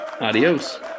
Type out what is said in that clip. Adios